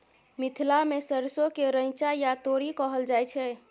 मिथिला मे सरिसो केँ रैचा या तोरी कहल जाइ छै